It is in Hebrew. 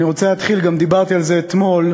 אני רוצה להתחיל, גם דיברתי על זה אתמול.